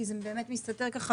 כי זה באמת מסתתר במלאי,